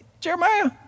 Jeremiah